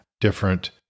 different